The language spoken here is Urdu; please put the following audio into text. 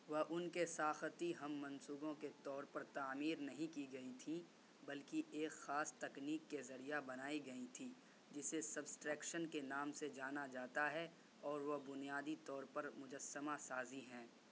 وہ ان کے ساختی ہم منصبوں کے طور پر تعمیر نہیں کی گئی تھیں بلکہ ایک خاص تکنیک کے ذریعہ بنائی گئیں تھیں جسے سبٹریکشن کے نام سے جانا جاتا ہے اور وہ بنیادی طور پر مجسمہ سازی ہے